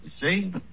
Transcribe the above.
see